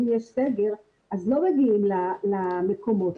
אם יש סגר, אז לא מגיעים למקומות האלה.